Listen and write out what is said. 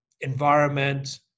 environment